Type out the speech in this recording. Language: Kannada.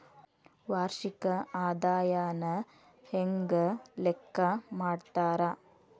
ವಾರ್ಷಿಕ ಆದಾಯನ ಹೆಂಗ ಲೆಕ್ಕಾ ಮಾಡ್ತಾರಾ?